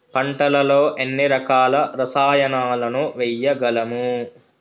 పంటలలో ఎన్ని రకాల రసాయనాలను వేయగలము?